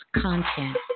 content